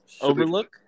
Overlook